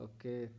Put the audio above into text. Okay